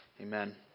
amen